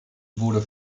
wurde